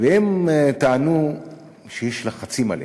והם טענו שיש לחצים עליהם.